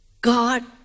God